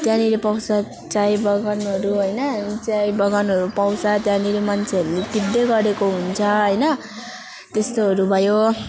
त्यहाँनेरि पाउँछ चाय बगानहरू होइन चाय बगानहरू पाउँछ त्यहाँनेरि मान्छेहरूले टिप्दै गरेको हुन्छ होइन त्यस्तोहरू भयो